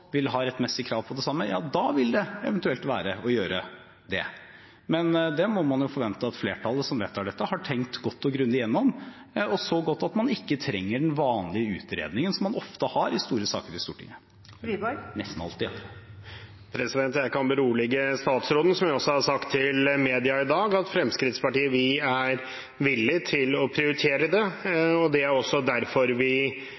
vil ha rettmessig krav på det samme, ja, da vil det eventuelt være å gjøre det. Men det må man jo forvente at flertallet som vedtar dette, har tenkt godt og grundig gjennom, og så godt at man ikke trenger den vanlige utredningen som man ofte – nesten alltid – har i store saker i Stortinget. Jeg kan berolige statsråden, som jeg også har sagt til media i dag, med at Fremskrittspartiet er villig til å prioritere det, og det er også derfor vi